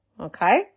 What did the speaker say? okay